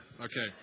Okay